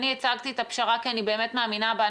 אני הצגתי את הפשרה כי אני באמת מאמינה בה.